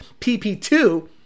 PP2